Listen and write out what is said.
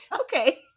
Okay